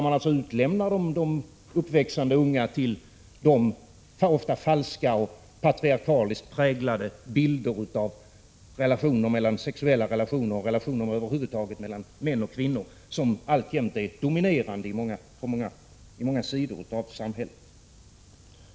Man utlämnar där de växande unga till de ofta falska och patriarkaliskt präglade bilder av sexuella relationer över huvud taget mellan män och kvinnor som alltjämt är dominerande i många delar av samhället.